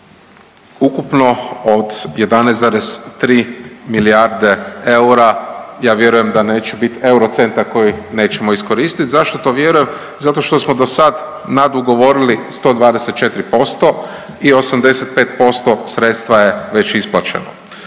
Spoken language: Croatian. ukupno od 11,3 milijarde eura, ja vjerujem da neće biti eurocenta koji nećemo iskoristiti. Zašto to vjerujem? Zato što smo do sad nadugovorili 124% i 85% sredstva je već isplaćeno.